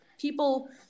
people